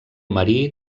marí